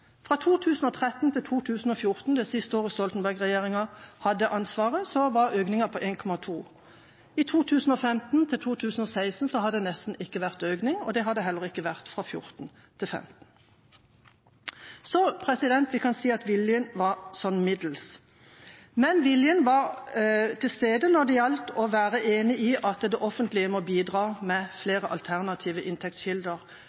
Fra 2013 til 2014 – det siste året Stoltenberg-regjeringa hadde ansvaret – var økningen på 1,2. I 2015–2016 har det nesten ikke vært noen økning, og det har det heller ikke vært fra 2014 til 2015. Så vi kan si at viljen var middels, men viljen var til stede når det gjaldt å være enig i at det offentlige må bidra med flere alternative inntektskilder